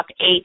eight